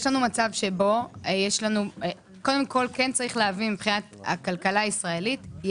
צריך להבין מבחינת הכלכלה הישראלית,